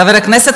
חבר הכנסת